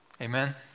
Amen